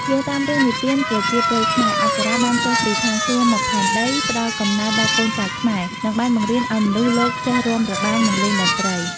យោងតាមរឿងនិទានប្រជាប្រិយខ្មែរ អប្សរាបានចុះពីឋានសួគ៌មកផែនដី ផ្តល់កំណើតដល់កូនចៅខ្មែរ និងបានបង្រៀនឱ្យមនុស្សលោកចេះរាំរបាំ និងលេងតន្ត្រី។